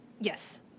Yes